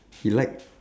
he like